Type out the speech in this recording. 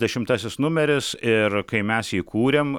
dešimtasis numeris ir kai mes jį kūrėm